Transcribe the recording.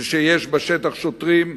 כשיש בשטח שוטרים,